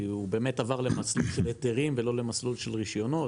כי הוא באמת עבר למסלול של היתרים ולא למסלול של רישיונות.